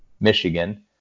Michigan